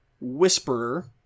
whisperer